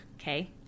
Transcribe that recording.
Okay